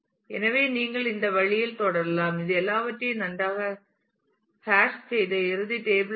எனவே நீங்கள் இந்த வழியில் தொடரலாம் இது எல்லாவற்றையும் நன்றாகக் ஹேஸ் செய்த இறுதி டேபிள் ஆகும்